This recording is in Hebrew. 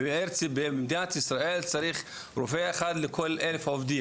במדינת ישראל צריך רופא אחד לכל 1,000 עובדים